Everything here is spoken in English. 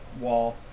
wall